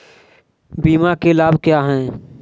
बीमा के लाभ क्या हैं?